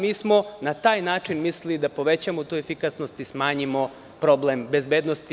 Mi smo na taj način mislili da povećamo tu efikasnost i smanjimo problem bezbednosti.